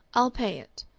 i'll pay it.